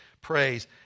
praise